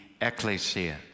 ecclesia